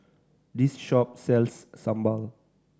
this shop sells sambal